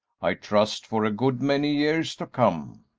i trust, for a good many years to come.